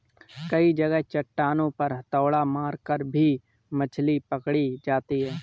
कई जगह चट्टानों पर हथौड़ा मारकर भी मछली पकड़ी जाती है